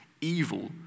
evil